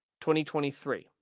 2023